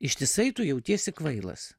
ištisai tu jautiesi kvailas